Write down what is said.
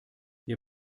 wir